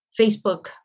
Facebook